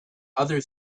other